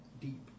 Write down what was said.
deep